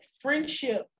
friendship